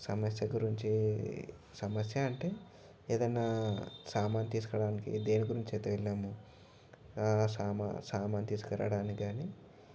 సమస్య గురించి సమస్య అంటే ఏదైనా సామాను తీసుకురావడానికి దేని గురించి అయితే వెళ్ళామో ఆ సామా సామాను తీసుకురావడానికి కానీ